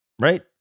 Right